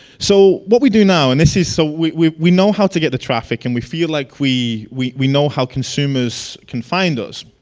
so what we do now and this is so we we know how to get the traffic and we feel like we we we know how consumers can find us.